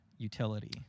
utility